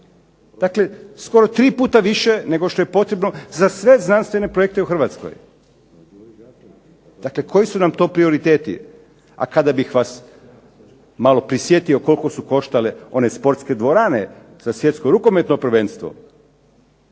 Dakle skoro 3 puta više nego što je potrebno za sve znanstvene projekte u Hrvatskoj. Dakle koji su nam to prioriteti. A kada bih vas malo prisjetio koliko su koštale one sportske dvorane za svjetsko rukometno prvenstvo,